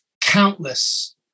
countless